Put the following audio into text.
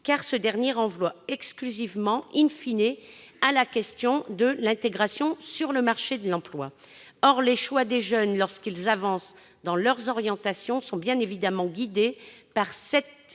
car ce dernier renvoie exclusivement,, à la question de l'intégration sur le marché de l'emploi. Or les choix des jeunes, lorsqu'ils avancent dans leur orientation, sont bien évidemment guidés par cette